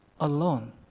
alone